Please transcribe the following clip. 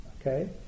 okay